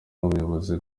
n’umuyobozi